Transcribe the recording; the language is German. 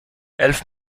elf